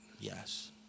Yes